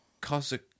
Cossack